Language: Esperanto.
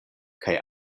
kaj